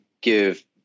give